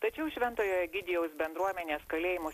tačiau šventojo egidijaus bendruomenės kalėjimo